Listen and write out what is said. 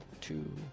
two